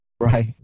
Right